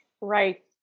Right